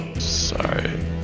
sorry